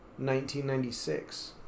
1996